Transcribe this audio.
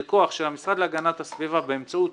זה כוח שהמשרד להגנת הסביבה באמצעות